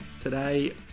Today